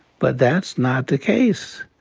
but that's not the case.